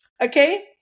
okay